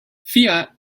fiat